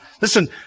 Listen